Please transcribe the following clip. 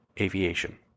Aviation